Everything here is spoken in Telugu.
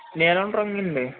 నీలం రంగు అండి